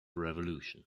revolution